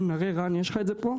אם נראה, רן, יש לך את זה פה?